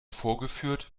vorgeführt